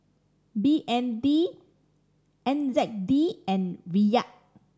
B N D N Z D and Riyal